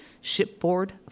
shipboard